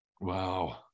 Wow